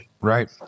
Right